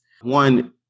one